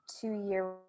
two-year